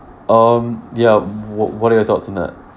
um ya wh~ what are your thoughts on that